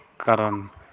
ᱠᱟᱨᱚᱱ